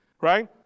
right